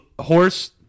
Horse